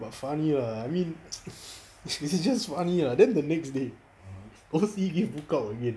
but funny lah I mean is just funny lah then the next day O_C give book out again